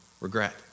regret